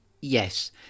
Yes